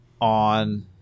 on